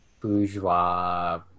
bourgeois